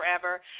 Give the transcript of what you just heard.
forever